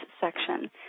section